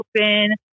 open